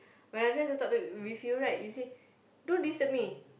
when I try to talk to you with you right you say don't disturb me